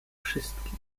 wszystkich